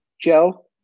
Joe